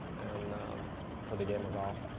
and for the game of golf.